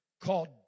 called